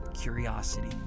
curiosity